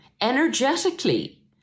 energetically